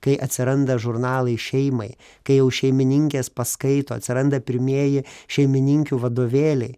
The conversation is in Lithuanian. kai atsiranda žurnalai šeimai kai jau šeimininkės paskaito atsiranda pirmieji šeimininkių vadovėliai